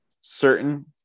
certain